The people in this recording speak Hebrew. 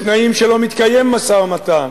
בתנאים שלא מתקיים משא-ומתן,